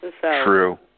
True